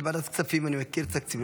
אני בוועדת הכספים, אני מכיר את התקציב.